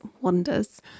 wonders